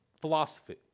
philosophy